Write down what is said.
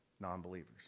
non-believers